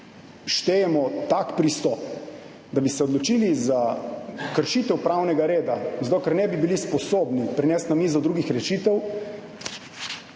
štejemo tak pristop, da bi se odločili za kršitev pravnega reda, zato ker ne bi bili sposobni na mizo prinesti drugih rešitev,